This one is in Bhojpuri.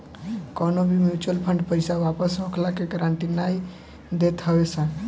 कवनो भी मिचुअल फंड पईसा वापस होखला के गारंटी नाइ देत हवे सन